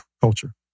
culture